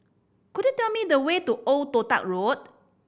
could you tell me the way to Old Toh Tuck Road